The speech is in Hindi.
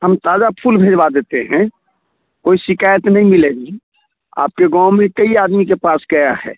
हम ताज़ा फूल भिजवा देते हैं कोई शिकायत नहीं मिलेगी आपके गाँव में कई आदमी के पास गया है